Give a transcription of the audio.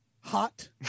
Hot